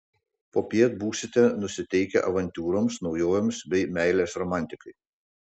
popiet būsite nusiteikę avantiūroms naujovėms bei meilės romantikai